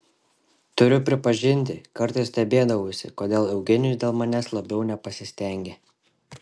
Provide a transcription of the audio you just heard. turiu pripažinti kartais stebėdavausi kodėl eugenijus dėl manęs labiau nepasistengia